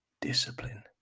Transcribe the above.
discipline